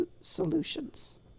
solutions